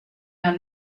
are